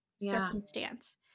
circumstance